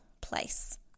place